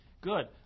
Good